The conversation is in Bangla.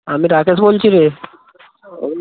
আমি রাকেশ বলছি রে ওই